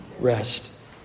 rest